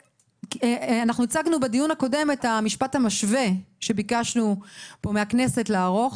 אנחנו הצגנו בדיון הקודם את המשפט המשווה שביקשנו מהכנסת לערוך.